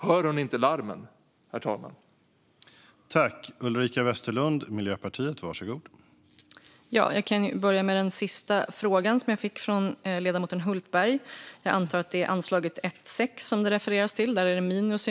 Hör hon inte larmen, herr talman?